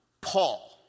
Paul